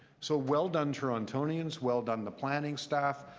so well done, torontarians. well done the planning staff.